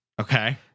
Okay